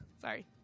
Sorry